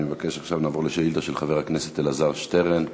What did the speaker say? נעבור לשאילתה של חבר הכנסת אלעזר שטרן.